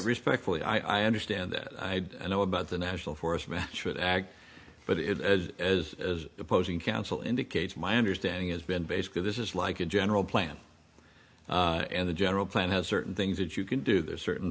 respectfully i understand that i know about the national forest match with ag but it as as as opposing counsel indicates my understanding is been basically this is like a general plan and the general plan has certain things that you can do there's certain